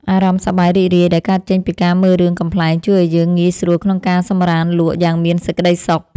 អារម្មណ៍សប្បាយរីករាយដែលកើតចេញពីការមើលរឿងកំប្លែងជួយឱ្យយើងងាយស្រួលក្នុងការសម្រានលក់យ៉ាងមានសេចក្តីសុខ។